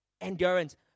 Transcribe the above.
endurance